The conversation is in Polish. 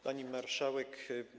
Pani Marszałek!